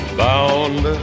bound